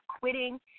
quitting